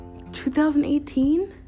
2018